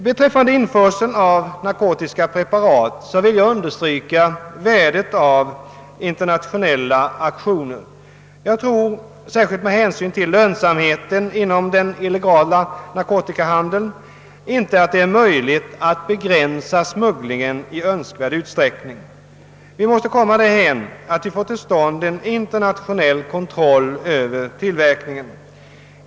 Beträffande införseln av narkotiska preparat vill jag understryka värdet av internationella aktioner. Jag tror — särskilt med hänsyn till lönsamheten inom den illegala narkotikahandeln — att det inte är möjligt att begränsa smugglingen i önskvärd utsträckning. Vi måste komma därhän att vi får till stånd en internationell kontroll över tillverkningen.